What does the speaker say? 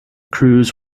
crews